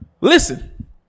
Listen